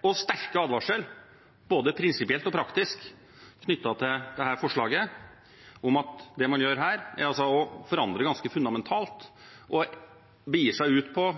og deres sterke advarsel, både prinsipielt og praktisk, knyttet til dette forslaget, om at det man gjør her, er å forandre ganske fundamentalt og begi seg ut på